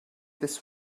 this